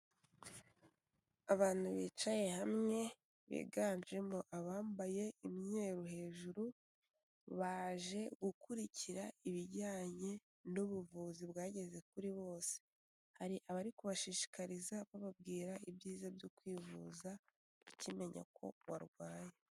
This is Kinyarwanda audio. Abantu bicaye hamwe biganjemo abambaye imyeru hejuru, baje gukurikira ibijyanye n'ubuvuzi bwageze kuri bose, hari abari kubashishikariza bababwira ibyiza byo kwivuza ukimenya ko warwaye.